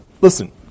listen